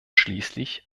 schließlich